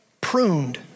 pruned